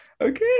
Okay